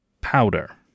powder